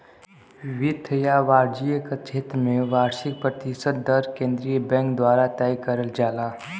वित्त या वाणिज्य क क्षेत्र में वार्षिक प्रतिशत दर केंद्रीय बैंक द्वारा तय करल जाला